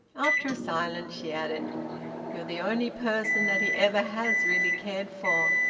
after a silence she added you're the only person that he ever has really cared for,